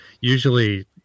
Usually